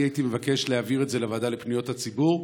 הייתי מבקש להעביר את זה לוועדה לפניות הציבור,